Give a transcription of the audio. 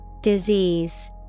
Disease